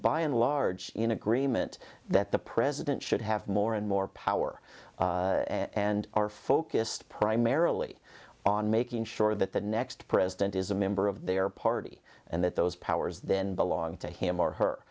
by and large in agreement that the president should have more and more power and are focused primarily on making sure that the next president is a member of their party and that those powers then belong to him or her